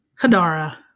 Hadara